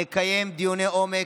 נקיים דיוני עומק,